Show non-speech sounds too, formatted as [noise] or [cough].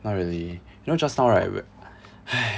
not really you know just now right when [noise]